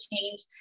change